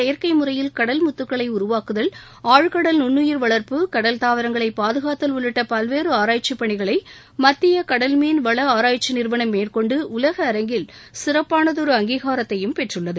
செயற்கை முறையில் கடல் முத்துக்களை உருவாக்குதல் ஆழ்கடல் நுண்ணுயிர் வளர்ப்பு கடல் தாவரங்களை பாதுகாத்தல் உள்ளிட்ட பல்வேறு ஆராய்ச்சிப்பணிகளை மத்திய கடல்மீன் வளம் ஆராய்ச்சி நிறுவனம் மேற்கொண்டு உலக அரங்கில் சிறப்பானதொரு அங்கீகாரத்தையும் பெற்றுள்ளது